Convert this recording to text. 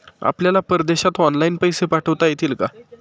आपल्याला परदेशात ऑनलाइन पैसे पाठवता येतील का?